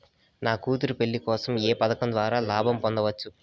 నా కూతురు పెళ్లి కోసం ఏ పథకం ద్వారా లాభం పొందవచ్చు?